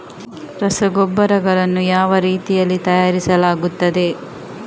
ರಸಗೊಬ್ಬರಗಳನ್ನು ಯಾವ ರೀತಿಯಲ್ಲಿ ತಯಾರಿಸಲಾಗುತ್ತದೆ?